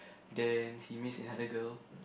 then he meets another girl